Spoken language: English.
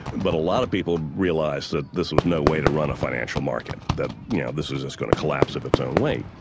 but a lot of people realised that this was no way to run a financial market, that yeah this is just going to collapse of its own weight.